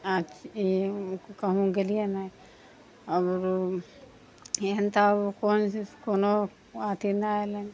आ इ कहुँ गेलियै ने आओर एहन तऽ कोन कोनो अथी नहि अयलनि